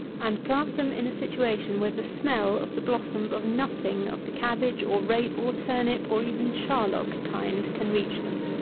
and plant them in a situation where the smell of the blossoms of nothing of the cabbage or rape or turnip or even charlock kind, can reach them.